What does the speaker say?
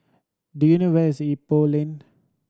do you know where is Ipoh Lane